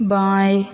बाएँ